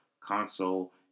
console